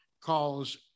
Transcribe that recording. calls